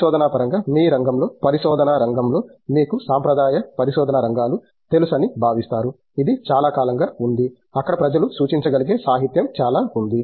పరిశోధన పరంగా మీ రంగంలో పరిశోధన రంగంలో మీకు సాంప్రదాయ పరిశోధన రంగాలు తెలుసని భావిస్తారు ఇది చాలా కాలంగా ఉంది అక్కడ ప్రజలు సూచించగలిగే సాహిత్యం చాలా ఉంది